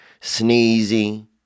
sneezy